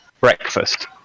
breakfast